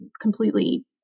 completely